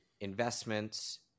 investments